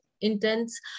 intense